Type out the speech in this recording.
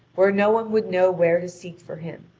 where no one would know where to seek for him,